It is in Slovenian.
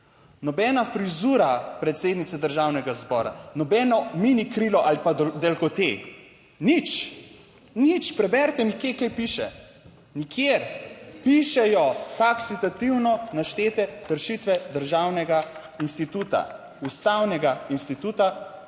nobena frizura predsednice državnega zbora, nobeno mini krilo ali pa delkote. Nič, preberite mi kje kaj piše? Nikjer. Pišejo taksativno naštete kršitve državnega instituta, ustavnega instituta